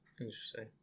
Interesting